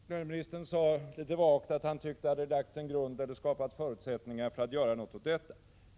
Löneministern sade litet vagt att han tyckte att det hade lagts en grund eller skapats förutsättningar för att göra någonting åt denna.